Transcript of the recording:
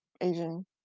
Asian